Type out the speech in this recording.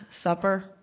supper